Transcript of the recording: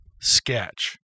sketch